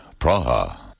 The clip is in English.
Praha